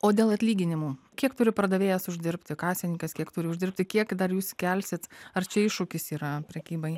o dėl atlyginimų kiek turi pardavėjas uždirbti kasininkas kiek turi uždirbti kiek dar jūs kelsit ar čia iššūkis yra prekybai